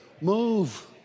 Move